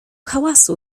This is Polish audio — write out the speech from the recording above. hałasu